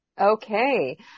okay